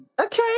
Okay